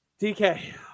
DK